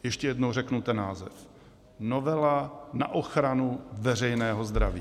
Ještě jednou řeknu ten název: novela na ochranu veřejného zdraví.